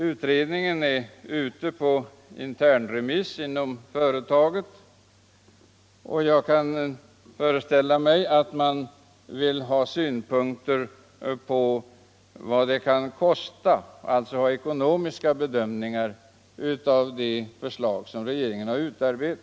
Utredningen är ute på internremiss inom företaget, och jag kan föreställa mig att man vill få ekonomiska bedömningar av vad det kostar att genomföra de förslag som utredningen har utarbetat.